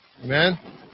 Amen